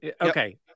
okay